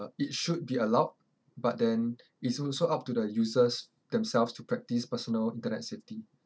it should be allowed but then it's also up to the users themselves to practice personal internet safety